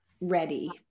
ready